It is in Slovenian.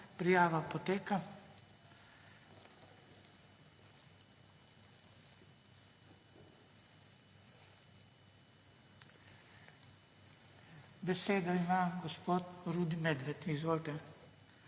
prijavo. Besedo ima gospod Rudi Medved. Izvolite.